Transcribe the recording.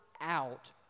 out